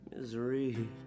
misery